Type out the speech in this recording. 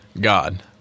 God